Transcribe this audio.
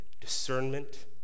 discernment